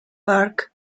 park